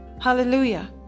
Hallelujah